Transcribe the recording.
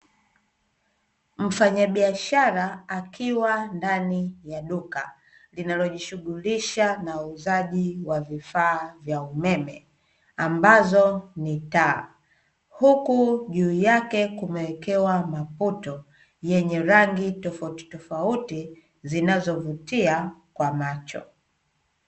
Mfanyabiashara akiwa ndani ya duka linalojishughulisha na uuzaji wa vifaa vya umeme ambazo ni taa, huku juu yake kumewekewa maputo yenye rangi tofautitofauti zinazovutia kwa macho.